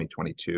2022